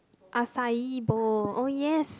acai bowl oh yes